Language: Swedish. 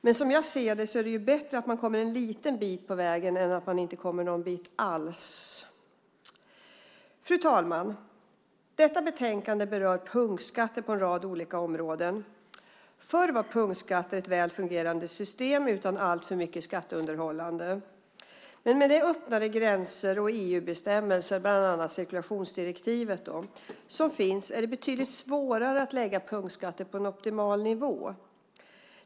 Men som jag ser det är det bättre att man kommer en liten bit på vägen än att man inte kommer någon bit alls. Fru talman! Detta betänkande berör punktskatter på en rad olika områden. Förr var punktskatter ett väl fungerande system utan alltför mycket skatteundanhållande. Men med de öppnare gränser och EU-bestämmelser som finns, bland annat cirkulationsdirektivet, är det betydligt svårare att lägga punktskatter på en optimal nivå.